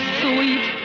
sweet